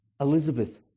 Elizabeth